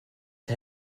his